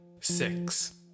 six